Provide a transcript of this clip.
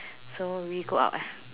so we go out